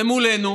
ומולנו